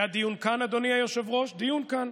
היה דיון כאן, אדוני היושב-ראש, דיון כאן,